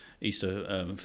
Easter